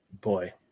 boy